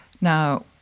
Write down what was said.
Now